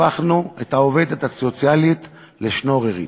הפכנו את העובדת הסוציאלית לשנוררית.